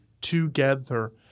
together